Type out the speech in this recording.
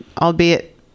albeit